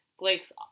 Blake's